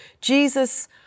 Jesus